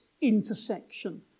intersection